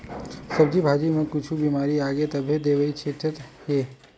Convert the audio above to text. सब्जी भाजी म कुछु बिमारी आगे तभे दवई छितत हे